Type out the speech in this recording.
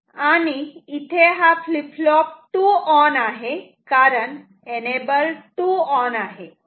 आणि इथे FF2 on आहे कारण एनेबल 2 ऑन आहे